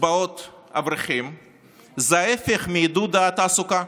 קצבאות אברכים היא ההפך מעידוד התעסוקה,